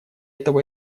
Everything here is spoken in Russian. этого